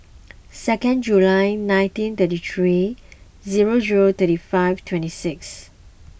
second July nineteen thirty three zero zero thirty five twenty six